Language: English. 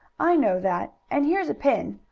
i know that. and here's a pin.